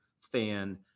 fan